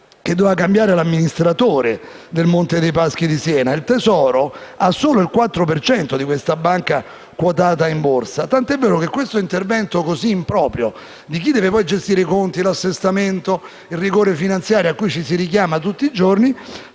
che doveva cambiare l'amministratore del Monte dei Paschi di Siena. Il Tesoro ha solo il quattro per cento di questa banca quotata in borsa, tanto è vero che questo intervento così improprio di chi deve poi gestire i conti, l'assestamento, il rigore finanziario - a cui ci si richiama tutti i giorni